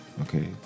okay